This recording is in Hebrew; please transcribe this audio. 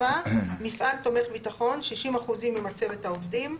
(7)מפעל תומך ביטחון, 60 אחוזים ממצבת העובדים,